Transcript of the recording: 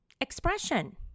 expression